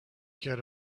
get